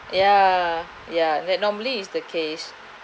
ya ya that normally is the case